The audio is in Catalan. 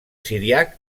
siríac